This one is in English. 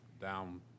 down